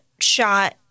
shot